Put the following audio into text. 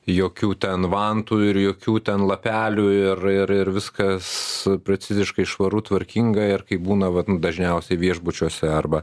jokių ten vantų ir jokių ten lapelių ir ir ir viskas preciziškai švaru tvarkinga ir kaip būna vat nu dažniausiai viešbučiuose arba